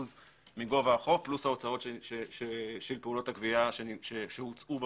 מגובה החוק פלוס ההוצאות של פעולות הגבייה שהוצגו בפועל.